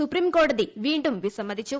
സുപ്രീംകോടതി വീണ്ടും വിസമ്മിതിച്ചു